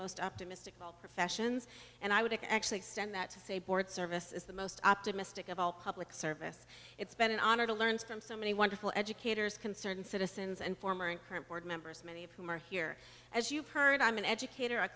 most optimistic all professions and i would actually extend that to say board service is the most optimistic of all public service it's been an honor to learn from so many wonderful educators concerned citizens and former and current board members many of whom are here as you've heard i'm an educator